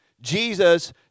Jesus